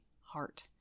heart